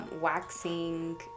waxing